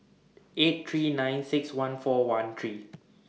eight three nine six one four one three